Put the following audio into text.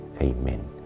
Amen